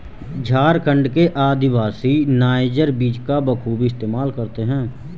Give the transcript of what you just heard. झारखंड के आदिवासी नाइजर बीज का बखूबी इस्तेमाल करते हैं